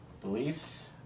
beliefs